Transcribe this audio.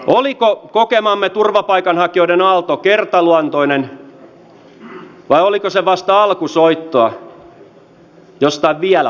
oliko kokemamme turvapaikanhakijoiden aalto kertaluonteinen vai oliko se vasta alkusoittoa jostain vielä pahemmasta